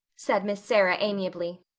said miss sarah amiably.